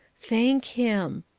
thank him.